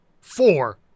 four